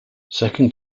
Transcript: second